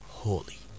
holy